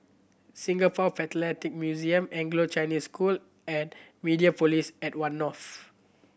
Singapore Philatelic Museum Anglo Chinese School and Mediapolis at One North